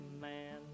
man